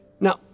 Now